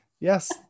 Yes